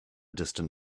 distant